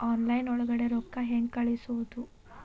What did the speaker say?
Online ಒಳಗಡೆ ರೊಕ್ಕ ಹೆಂಗ್ ಕಳುಹಿಸುವುದು?